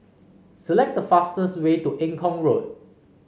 select the fastest way to Eng Kong Road